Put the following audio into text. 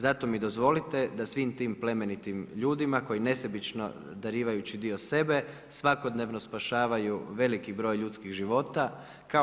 Zato mi dozvolite da svim tim plemenitim ljudima koji nesebično darivajući dio sebe, svakodnevno spašavaju veliki broj ljudskih života kao